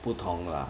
不同 lah